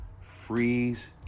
freeze